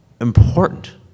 important